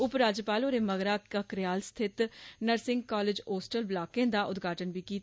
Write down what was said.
उपराज्यपाल होरें मगरा ककरेयाल स्थित नर्सिग कालेज होस्टल ब्लाकें दा उदघाटन बी कीता